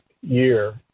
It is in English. year